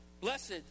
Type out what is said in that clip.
Blessed